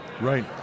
Right